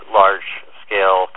large-scale